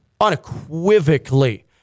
Unequivocally